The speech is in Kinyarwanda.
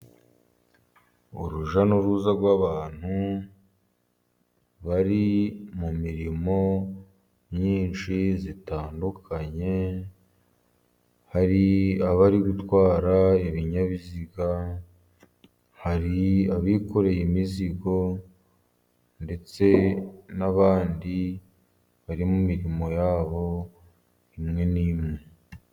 urujya n'uruza rw'abantu bari mu mirimo myinshi itandukanye. Hari abari gutwara ibinyabiziga, hari abikoreye imizigo ndetse n'abandi bari mu mirimo yabo imwe n'imwe.